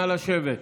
נא לשבת,